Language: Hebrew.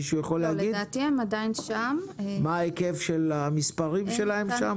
מישהו יכול להגיד מה ההיקף של המספרים שלהם שם?